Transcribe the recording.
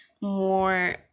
more